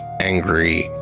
angry